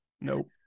Nope